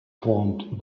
formed